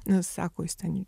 na sako jis ten